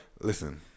listen